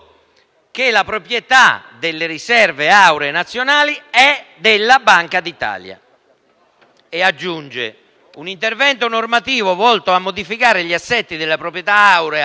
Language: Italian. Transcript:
che la proprietà delle riserve auree nazionali è della Banca d'Italia». E aggiunge: «Un intervento normativo volto a modificare gli assetti della proprietà aurea